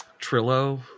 Trillo